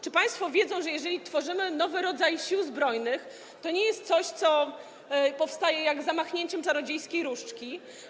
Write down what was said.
Czy państwo wiedzą, że jeżeli tworzymy nowy rodzaj Sił Zbrojnych, to nie jest to coś, co powstaje jak za machnięciem czarodziejskiej różdżki?